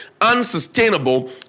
unsustainable